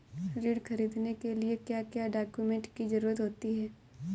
ऋण ख़रीदने के लिए क्या क्या डॉक्यूमेंट की ज़रुरत होती है?